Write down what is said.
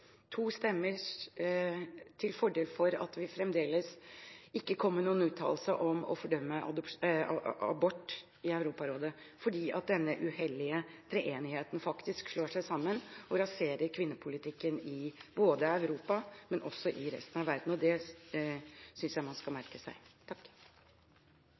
fremdeles ikke kommer med noen uttalelse om å fordømme abort i Europarådet, fordi denne uhellige treenigheten faktisk slår seg sammen og raserer kvinnepolitikken både i Europa og resten av verden. Det synes jeg man skal